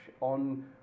on